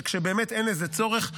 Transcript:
כאשר באמת אין בזה צורך.